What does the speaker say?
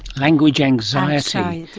language anxiety?